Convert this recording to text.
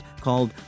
called